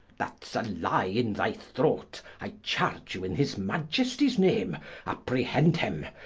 that's a lye in thy throat. i charge you in his maiesties name apprehend him,